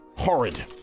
horrid